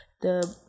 the-